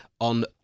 on